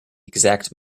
exact